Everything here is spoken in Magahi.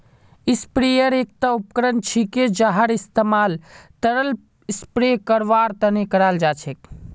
स्प्रेयर एकता उपकरण छिके जहार इस्तमाल तरल स्प्रे करवार तने कराल जा छेक